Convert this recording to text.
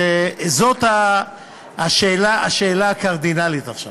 זאת השאלה הקרדינלית עכשיו.